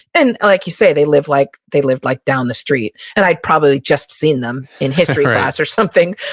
and like you say, they lived like they lived like down the street, and i'd probably just seen them in history class or something.